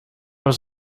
was